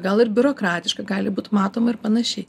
gal ir biurokratiška gali būt matoma ir panašiai